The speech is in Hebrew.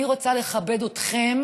אני רוצה לכבד אתכם